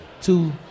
two